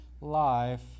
life